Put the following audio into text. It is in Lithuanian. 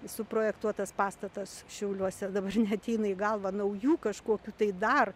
suprojektuotas pastatas šiauliuose dabar neateina į galvą naujų kažkokių tai dar